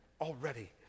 already